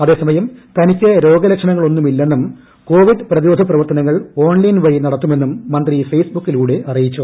അതേസമയം തനിക്ക് രോഗലക്ഷണങ്ങ ളൊന്നുമില്ലെന്നും കോവിഡ് പ്രതിരോധ പ്രവർത്തനങ്ങൾ ഓൺലൈൻ വഴി നടത്തുമെന്നും മന്ത്രി ഫെയ്സ്ബുക്കിലൂടെ അറിയിച്ചു